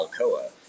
Alcoa